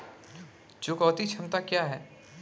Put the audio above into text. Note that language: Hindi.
चुकौती क्षमता क्या है?